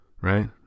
right